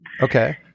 okay